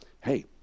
hey